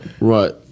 Right